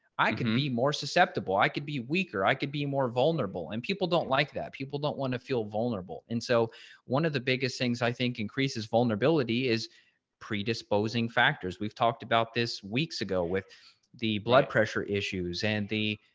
i can be more susceptible. i could be weaker, i could be more violent. trouble and people don't like that people don't want to feel vulnerable. and so one of the biggest things i think increases vulnerability is predisposing factors we've talked about this weeks ago with the blood pressure issues and the